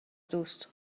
دوست